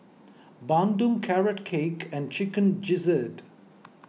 Bandung Carrot Cake and Chicken Gizzard